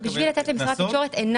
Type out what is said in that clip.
קנסות?